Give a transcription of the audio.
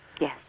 Yes